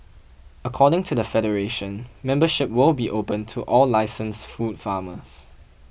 according to the federation membership will be opened to all licensed food farmers